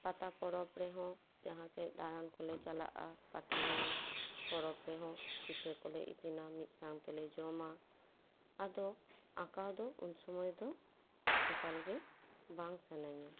ᱯᱟᱛᱟ ᱯᱚᱨᱚᱵᱽ ᱨᱮᱦᱚᱸ ᱡᱟᱦᱟᱸ ᱥᱮᱡ ᱫᱟᱲᱟᱱ ᱠᱚᱞᱮ ᱪᱟᱞᱟᱜᱼᱟ ᱯᱟᱛᱟ ᱧᱮᱞ ᱯᱚᱨᱚᱵᱽ ᱨᱮᱦᱚᱸ ᱯᱤᱴᱷᱟᱹ ᱠᱚᱞᱮ ᱤᱥᱤᱱᱟ ᱢᱤᱫᱥᱟᱶ ᱛᱮᱞᱮ ᱡᱚᱢᱟ ᱟᱫᱚ ᱟᱸᱠᱟᱣ ᱫᱚ ᱩᱱ ᱥᱳᱢᱳᱭ ᱫᱚ ᱮᱠᱟᱞ ᱜᱮ ᱵᱟᱝ ᱥᱟᱹᱱᱟᱹᱧᱟ